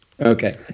okay